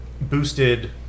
boosted